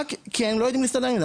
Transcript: רק כי הם לא יודעים להסתדר עם זה.